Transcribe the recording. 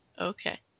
Okay